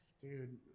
Dude